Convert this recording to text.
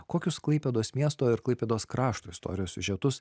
kokius klaipėdos miesto ir klaipėdos krašto istorijos siužetus